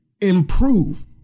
Improve